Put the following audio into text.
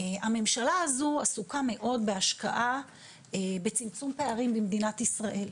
הממשלה הזו עסוקה מאוד בהשקעת צמצום פערים במדינת ישראל.